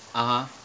(uh huh)